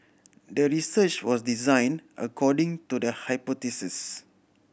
the research was designed according to the hypothesis